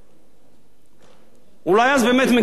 אולי אז באמת מגינים על העורף בצורה הטובה ביותר.